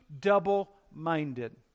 double-minded